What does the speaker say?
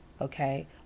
okay